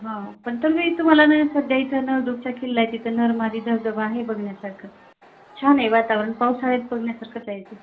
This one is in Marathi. हा पण तर मी तुम्हाला ना सध्या इथं नवदुर्गच्या किल्ल्यात तिथे नरमादी धबधबा आहे बघण्यासारखा छान आहे वातावरण पावसाळ्यात बघण्यासारखंच आहे ते